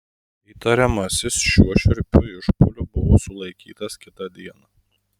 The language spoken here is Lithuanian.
įtariamasis šiuo šiurpiu išpuoliu buvo sulaikytas kitą dieną